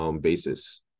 basis